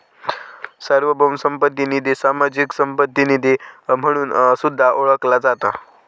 सार्वभौम संपत्ती निधी, सामाजिक संपत्ती निधी म्हणून सुद्धा ओळखला जाता